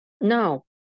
No